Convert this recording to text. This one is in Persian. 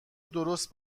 درست